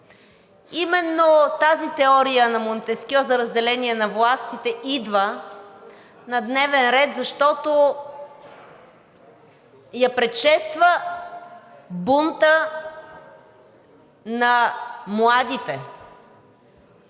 именно теорията на Монтескьо за разделение на властите идва на дневен ред, защото я предшества бунтът на младите